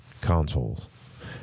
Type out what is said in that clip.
consoles